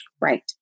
right